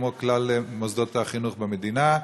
כמו כלל מוסדות החינוך במדינה.